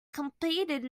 competed